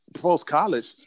post-college